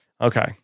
Okay